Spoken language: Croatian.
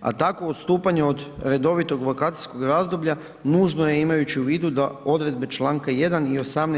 a takvo odstupanje od redovitog vokacijskog razdoblja nužno je imajući u vidu da odredbe čl. 1. i 18.